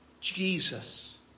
Jesus